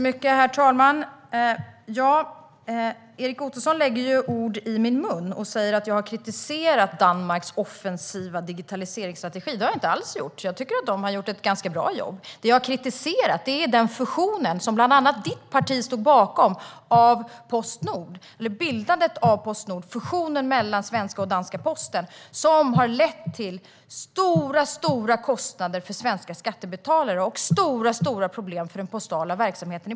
Herr talman! Erik Ottoson lägger ord i min mun och säger att jag har kritiserat Danmarks offensiva digitaliseringsstrategi. Det har jag inte alls gjort. Jag tycker att de har gjort ett ganska bra jobb. Det jag har kritiserat är fusionen mellan svenska och danska posten och bildandet av Postnord, som bland andra ditt parti stod bakom. Den har lett till stora kostnader för svenska skattebetalare och stora problem för den postala verksamheten.